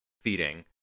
feeding